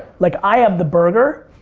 like i have the burger,